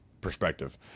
perspective